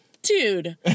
Dude